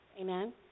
Amen